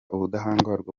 ubudahangarwa